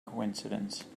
coincidence